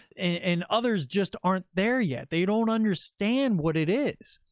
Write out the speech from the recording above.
and others just aren't there yet. they don't understand what it is.